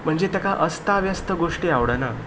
म्हणजे ताका अस्त्यावस्त गोश्टी आवडना